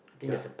ya